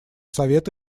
совет